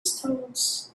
stones